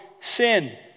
sin